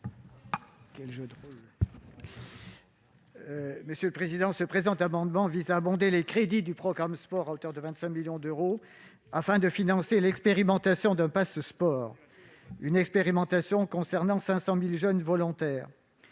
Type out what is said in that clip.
M. Jean-Jacques Lozach. Le présent amendement vise à abonder les crédits du programme « Sport » à hauteur de 25 millions d'euros, afin de financer l'expérimentation d'un Pass'Sport. Cette expérimentation concernerait 50 000 jeunes volontaires.